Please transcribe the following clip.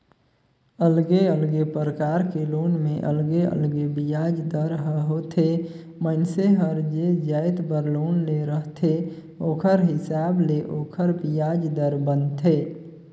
अलगे अलगे परकार के लोन में अलगे अलगे बियाज दर ह होथे, मइनसे हर जे जाएत बर लोन ले रहथे ओखर हिसाब ले ओखर बियाज दर बनथे